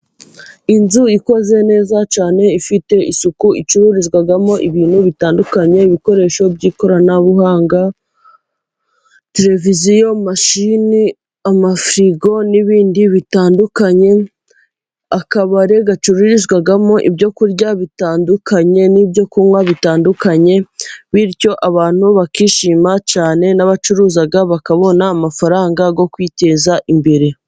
Inzu ikoze neza cyane ifite isuku icururizwamo ibintu bitandukanye. Ibikoresho by'ikoranabuhanga, televiziyo, mashini, amafirigo n'ibindi bitandukanye. Akabari gacururizwamo ibyo kurya bitandukanye n'ibyo kunywa bitandukanye, bityo abantu bakishima cyane, n'abacuruza bakabona amafaranga yo kwiteza imbere.